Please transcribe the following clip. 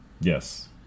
Yes